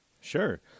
Sure